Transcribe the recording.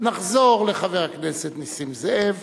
נחזור לחבר הכנסת נסים זאב,